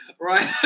Right